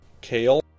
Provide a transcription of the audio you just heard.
Kale